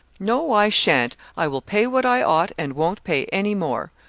no, i shan't i will pay what i ought, and won't pay any more.